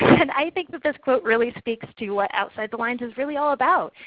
and i think but this quote really speaks to what outside the lines is really all about.